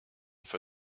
for